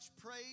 praise